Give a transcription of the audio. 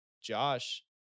Josh